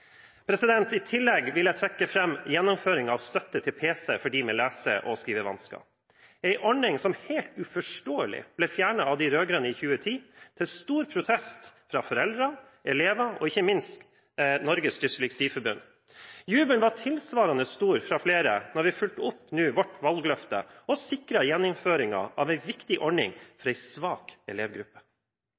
I tillegg vil jeg tekke fram gjennomføring av støtte til PC for dem med lese- og skrivevansker. Dette er en ordning som helt uforståelig ble fjernet av de rød-grønne i 2010 – til stor protest fra foreldre, elever og ikke minst Dysleksi Norge. Jubelen var tilsvarende stor fra flere da vi fulgte opp vårt valgløfte og sikret gjeninnføring av en viktig ordning for en svak elevgruppe.